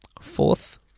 fourth